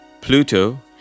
Pluto